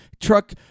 truck